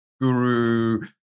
guru